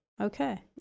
Okay